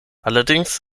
allerdings